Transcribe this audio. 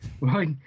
right